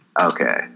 Okay